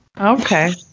Okay